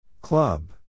Club